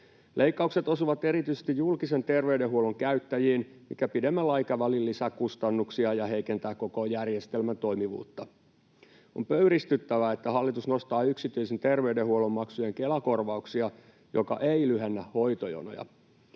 Leikkaukset osuvat erityisesti julkisen terveydenhuollon käyttäjiin, mikä pidemmällä aikavälillä lisää kustannuksia ja heikentää koko järjestelmän toimivuutta. On pöyristyttävää, että hallitus nostaa yksityisen terveydenhuollon maksujen Kela-korvauksia, mikä ei lyhennä hoitojonoja.